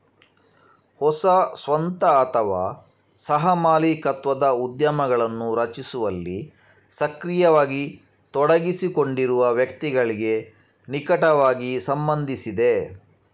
ಹೊಸ ಸ್ವಂತ ಅಥವಾ ಸಹ ಮಾಲೀಕತ್ವದ ಉದ್ಯಮಗಳನ್ನು ರಚಿಸುವಲ್ಲಿ ಸಕ್ರಿಯವಾಗಿ ತೊಡಗಿಸಿಕೊಂಡಿರುವ ವ್ಯಕ್ತಿಗಳಿಗೆ ನಿಕಟವಾಗಿ ಸಂಬಂಧಿಸಿದೆ